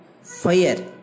fire